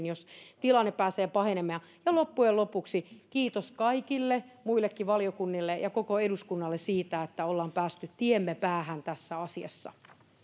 jos tilanne pääse pahenemaan ja ja loppujen lopuksi kiitos kaikille muillekin valiokunnille ja koko eduskunnalle siitä että olemme päässeet tiemme päähän tässä asiassa